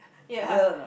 ya